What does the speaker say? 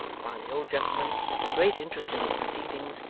while the old gentleman, with a great interest in his proceedings,